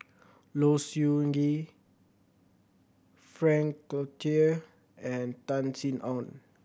Low Siew Nghee Frank Cloutier and Tan Sin Aun